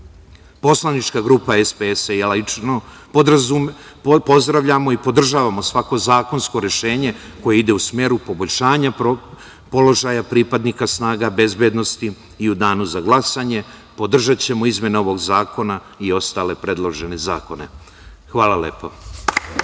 ljudima. Poslanička grupa SPS i ja lično pozdravljamo i podržavamo svako zakonsko rešenje koje ide u smeru poboljšanja položaja pripadnika snaga bezbednosti i u danu za glasanje podržaćemo izmene ovog zakona i ostale predložene zakone. Hvala lepo.